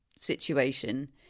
situation